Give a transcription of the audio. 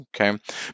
okay